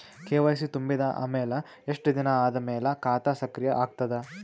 KYC ತುಂಬಿದ ಅಮೆಲ ಎಷ್ಟ ದಿನ ಆದ ಮೇಲ ಖಾತಾ ಸಕ್ರಿಯ ಅಗತದ?